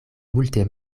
multe